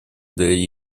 для